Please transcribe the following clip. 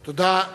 תודה.